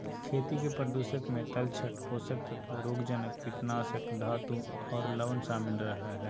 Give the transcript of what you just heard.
खेती के प्रदूषक मे तलछट, पोषक तत्व, रोगजनक, कीटनाशक, धातु आर लवण शामिल रह हई